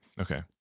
Okay